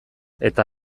eta